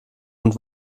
und